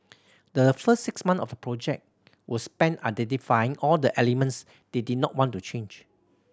the first six months of the project were spent identifying all the elements they did not want to change